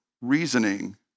reasoning